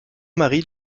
marie